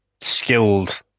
skilled